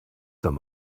them